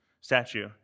statue